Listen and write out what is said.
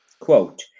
quote